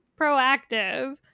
proactive